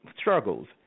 struggles